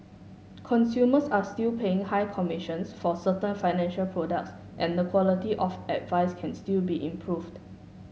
consumers are still paying high commissions for certain financial products and the quality of advice can still be improved